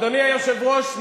אדוני היושב-ראש,